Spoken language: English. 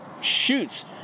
shoots